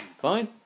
Fine